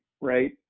right